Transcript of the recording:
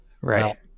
Right